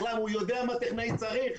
מה, הוא יודע מה טכנאי צריך?